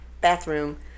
bathroom